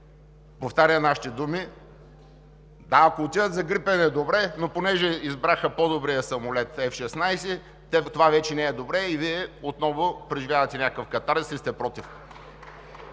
повтаря нашите думи – да, ако отидат за „Грипен“, е добре, но понеже избраха по-добрия самолет F-16, това вече не е добре и Вие отново преживявате някакъв катарзис и сте против?